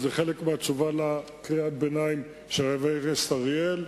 וזה חלק מהתשובה על קריאת הביניים של חבר הכנסת אריאל.